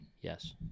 Yes